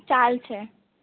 ચાલશે